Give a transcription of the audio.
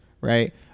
right